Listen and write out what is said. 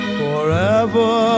forever